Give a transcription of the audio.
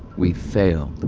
we failed.